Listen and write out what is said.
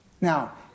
Now